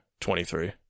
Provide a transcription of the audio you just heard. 23